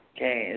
Okay